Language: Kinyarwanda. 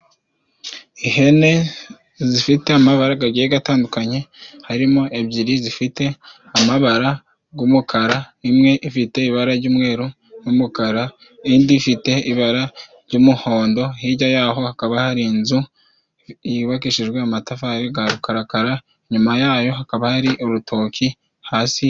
Ihene zifite amabara gagiye gatandukanye harimo ebyiri zifite amabara gw'umukara, imwe ifite ibara jy'umweru n'umuka, indi ifite ibara jy'umuhondo, hijya ya ho hakaba hari inzu yubakishijwe amatafari ga rukarakara, inyuma ya yo hakaba hari urutoki hasi.